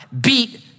beat